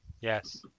yes